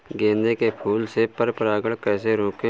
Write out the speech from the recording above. गेंदे के फूल से पर परागण कैसे रोकें?